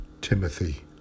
Timothy